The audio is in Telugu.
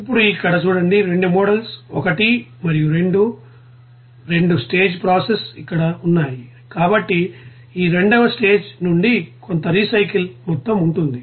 ఇప్పుడు ఇక్కడ చూడండి 2 మోడల్స్ 1 మరియు 2 2 స్టేజ్ ప్రాసెస్ ఇక్కడ ఉన్నాయి కాబట్టి ఈ రెండవ స్టేజ్ నుండి కొంత రీసైకిల్ మొత్తం ఉంటుంది